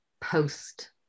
post